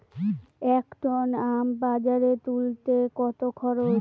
এক টন আম বাজারে তুলতে কত খরচ?